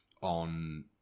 on